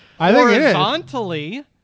horizontally